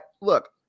look